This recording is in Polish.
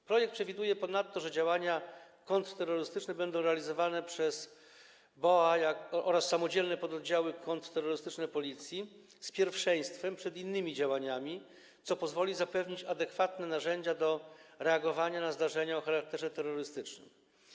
W projekcie przewiduje się ponadto, że działania kontrterrorystyczne będą realizowane przez BOA oraz samodzielne pododdziały kontrterrorystyczne Policji z pierwszeństwem przed innymi działaniami, co pozwoli zapewnić adekwatne narzędzia do reagowania na zdarzenia o charakterze terrorystycznym.